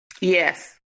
Yes